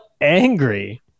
angry